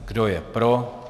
Kdo je pro?